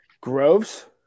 Groves